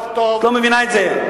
את לא מבינה את זה.